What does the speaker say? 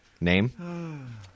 name